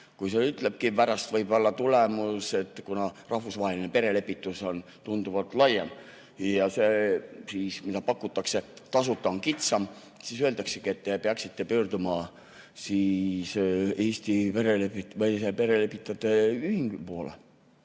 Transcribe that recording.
Kui pärast võib tulla tulemus, kuna rahvusvaheline perelepitus on tunduvalt laiem ja see, mida pakutakse tasuta, on kitsam, siis öeldaksegi, et te peaksite pöörduma Eesti Perelepitajate Ühingu poole.